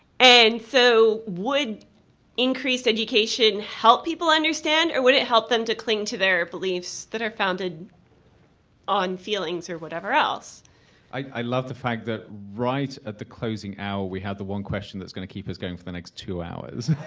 and so would increased education help people understand or would it help them cling to their beliefs that are founded on feelings or whatever else am i love the fact that right at the closing hour we have the one questions that's going keep us going for the next two hours